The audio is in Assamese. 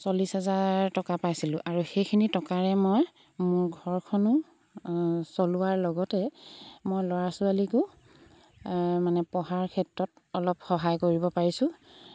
চল্লিছ হাজাৰ টকা পাইছিলোঁ আৰু সেইখিনি টকাৰে মই মোৰ ঘৰখনো চলোৱাৰ লগতে মই ল'ৰা ছোৱালীকো মানে পঢ়াৰ ক্ষেত্ৰত অলপ সহায় কৰিব পাৰিছোঁ